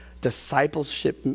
discipleship